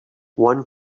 one